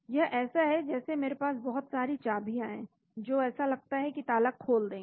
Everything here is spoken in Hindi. यह ऐसा है जैसे मेरे पास बहुत सारी चाबियां हैं जो ऐसा लगता है कि ताला खोल देंगी